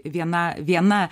viena viena